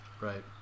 Right